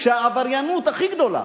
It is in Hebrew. כשהעבריינית הכי גדולה,